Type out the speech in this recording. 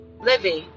living